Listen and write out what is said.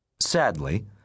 Sadly